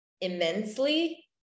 immensely